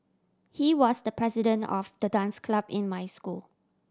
he was the president of the dance club in my school